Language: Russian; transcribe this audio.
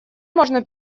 можно